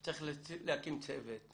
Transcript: צריך להקים צוות.